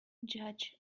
judge